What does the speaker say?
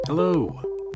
Hello